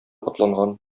атланган